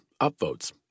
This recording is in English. upvotes